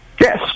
Yes